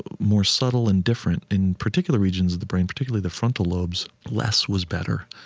more subtle and different. in particular regions of the brain, particularly the frontal lobes, less was better.